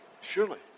surely